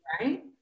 Right